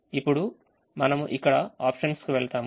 ఇప్పుడు మనము ఇక్కడ options కు వెళ్తాము